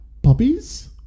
Puppies